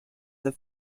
the